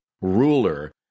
ruler